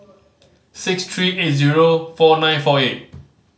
six three eight zero four nine four eight